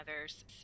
others